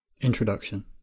Introduction